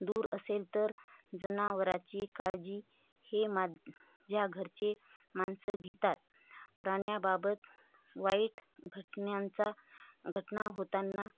दूर असेल तर जनावराची काळजी हे माझ्या घरचे माणसं घेतात प्राण्या्बाबत वाईट घटनंचा घटना होतांना